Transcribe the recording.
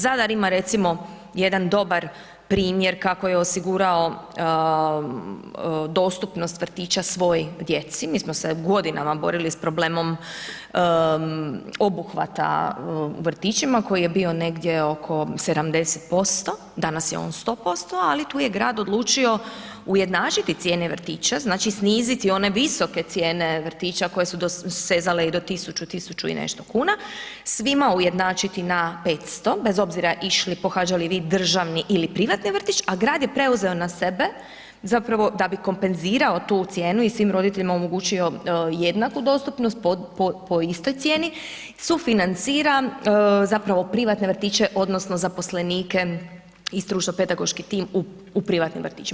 Zadar ima recimo jedan dobar primjer kako je osigurao dostupnost vrtića svoj djeci, mi smo se godinama borili sa problemom obuhvata u vrtićima koji je bio negdje oko 70%, danas je on 100% ali tu je grad odlučio ujednačiti cijene vrtića, znači sniziti one visoke cijene vrtića koje su sezale i do 1000, 1000 i nešto kuna, svima ujednačiti na 500 bez obzira išli, pohađali vi državni ili privatni vrtić a grad je preuzeo na sebe, zapravo da bi kompenzirao tu cijenu i svim roditeljima omogućio jednaku dostupnost po istoj cijeni, sufinanciran, zapravo privatne vrtiće, odnosno zaposlenike i stručno pedagoški tim u privatnim vrtićima.